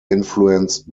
influenced